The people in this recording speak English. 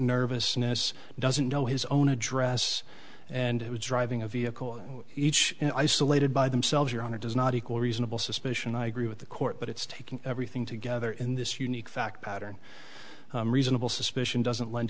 nervousness doesn't know his own address and who was driving a vehicle each isolated by themselves your honor does not equal reasonable suspicion i agree with the court but it's taking everything together in this unique fact pattern reasonable suspicion doesn't lend